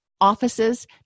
offices